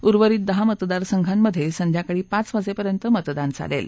उर्वरित दहा मतदारसंघांमधे संध्याकाळी पाच वाजेपर्यंत मतदान चालेल